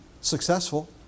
successful